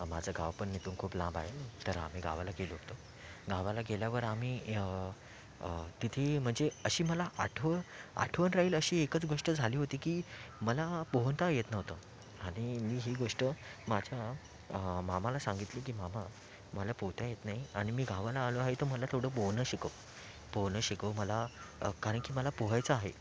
माझं गाव पण इथून खूप लांब आहे तर आम्ही गावाला गेलो होतो गावाला गेल्यावर आम्ही तिथे म्हणजे अशी मला आठवण आठवण राहील अशी एकच गोष्ट झाली होती की मला पोहता येत नव्हतं आणि मी ही गोष्ट माझ्या मामाला सांगितली की मामा मला पोहता येत नाही आणि मी गावाला आलो आहे तर मला थोडं पोहणं शिकव पोहणं शिकव मला कारण की मला पोहायचं आहे